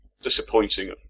disappointing